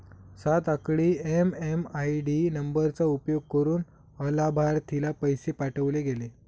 सात आकडी एम.एम.आय.डी नंबरचा उपयोग करुन अलाभार्थीला पैसे पाठवले गेले